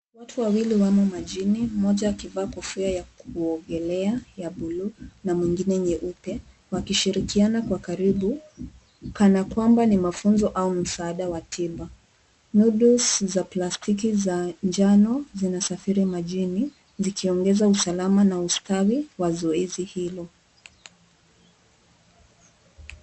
Watu wawili wamo majini, mmoja akivaa kofia ya kuogelea ya buluu na mwingine nyeupe wakishirikiana kwa karibu kana kwamba ni mafunzo au msaada wa tiba. Noodles za plastiki za njano zinasafiri majini zikiongeza usalama na ustawi wa zoezi hilo.